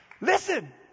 Listen